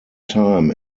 time